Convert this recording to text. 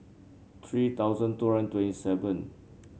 three thousand two hundred twenty seven